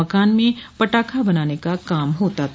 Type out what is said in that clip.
मकान में पटाखा बनाने का काम होता था